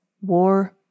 war